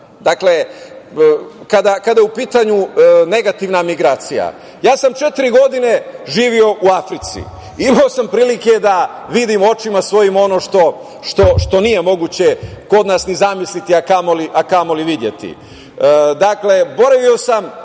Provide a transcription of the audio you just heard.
paradoks, kada je u pitanju negativna migracija. Ja sam četiri godine živeo u Africi i imao sam prilike vidim svojim očima ono što nije moguće kod nas ni zamisliti, a kamoli videti. Dakle, sedmicama